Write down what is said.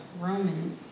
Romans